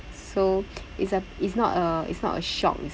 so it's a it's not a it's not a shock